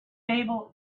able